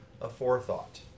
aforethought